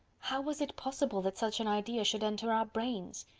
how was it possible that such an idea should enter our brains?